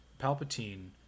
Palpatine